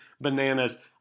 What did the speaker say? bananas